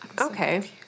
Okay